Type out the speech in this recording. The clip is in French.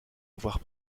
avoir